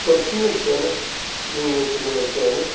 बांसिन मानसियानो जोंनि ओनसोलनि मानसियानो